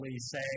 say